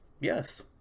Yes